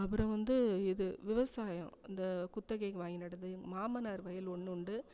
அப்புறம் வந்து இது விவசாயம் இந்த குத்தகைக்கு வாங்கி நடுறது மாமனார் வயல் ஒன்று உண்டு